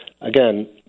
again